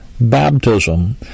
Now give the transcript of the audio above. baptism